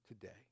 today